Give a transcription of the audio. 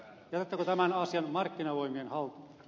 jätättekö tämän asian markkinavoimien haltuun